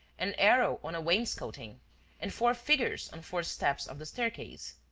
an arrow on a wainscoting and four figures on four steps of the staircase.